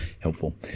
helpful